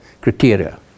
criteria